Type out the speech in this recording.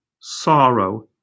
sorrow